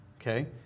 Okay